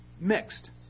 Mixed